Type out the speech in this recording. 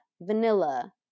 vanilla